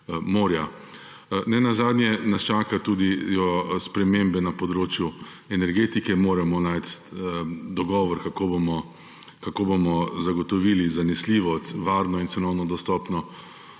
morja. Nenazadnje nas čaka tudi spremembe na področju energetike. Moramo najti dogovor, kako bomo zagotovili zanesljivo, varno in cenovno dostopno